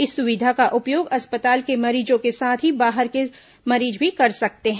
इस सुविधा का उपयोग अस्पताल के मरीजों के साथ ही बाहर के मरीज भी कर सकते हैं